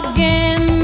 Again